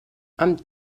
amb